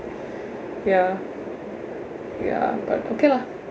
ya ya but okay lah